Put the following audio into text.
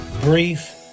brief